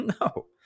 No